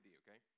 okay